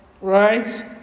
Right